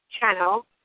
channel